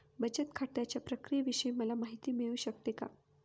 बचत खात्याच्या प्रक्रियेविषयी मला माहिती मिळू शकते का?